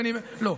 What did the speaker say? לא.